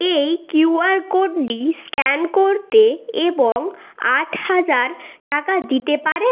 এই Q R কোডটি scan করতে এবং আট হাজার টাকা দিতে পারে